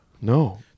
No